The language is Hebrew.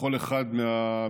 בכל אחד מהמקרים.